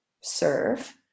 serve